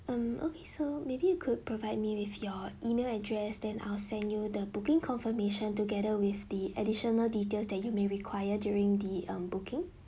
um okay so maybe you could provide me with your email address then I'll send you the booking confirmation together with the additional details that you may require during the um booking